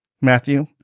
Matthew